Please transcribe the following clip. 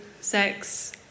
sex